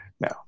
No